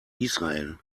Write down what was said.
israel